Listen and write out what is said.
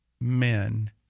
men